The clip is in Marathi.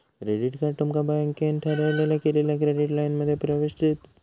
क्रेडिट कार्ड तुमका बँकेन ठरवलेल्या केलेल्या क्रेडिट लाइनमध्ये प्रवेश देतत